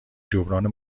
جبران